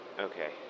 Okay